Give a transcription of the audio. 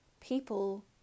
people